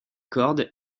cordes